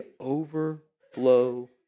overflow